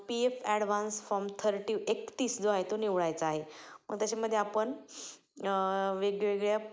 P F advance form thirty एकतीस जो आहे तो निवडायचा आहे मग त्याच्यामध्ये आपण वेगवेगळ्या